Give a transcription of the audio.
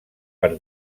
per